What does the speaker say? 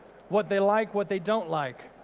what they like, what they don't like,